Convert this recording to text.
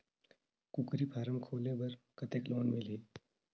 कूकरी फारम खोले बर कतेक लोन मिलही?